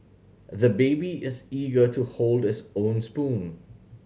the baby is eager to hold this own spoon